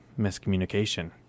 miscommunication